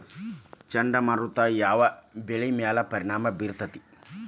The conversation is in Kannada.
ಚಂಡಮಾರುತ ಯಾವ್ ಬೆಳಿ ಮ್ಯಾಲ್ ಪರಿಣಾಮ ಬಿರತೇತಿ?